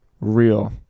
real